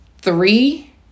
three